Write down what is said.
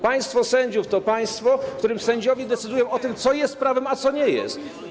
Państwo sędziów to państwo, w którym sędziowie decydują o tym, co jest prawem, a co nie jest.